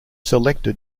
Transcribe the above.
selected